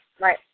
Right